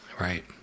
Right